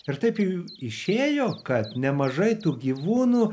ir taip jau išėjo kad nemažai tų gyvūnų